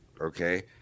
Okay